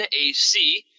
A-C